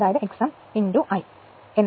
അതിനാൽ V Thevenin x m ആണ്